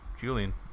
Julian